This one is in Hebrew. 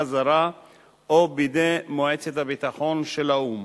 זרה או בידי מועצת הביטחון של האו"ם,